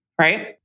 right